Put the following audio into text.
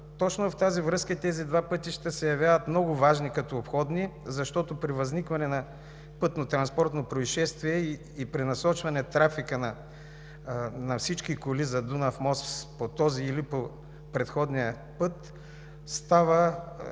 Точно в тази връзка и тези два пътя се явяват много важни като обходни, защото при възникване на пътнотранспортно произшествие и пренасочване трафика на всички коли за Дунав мост по този или по предходния път става